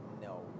No